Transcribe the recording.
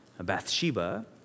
Bathsheba